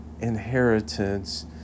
inheritance